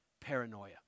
paranoia